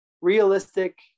realistic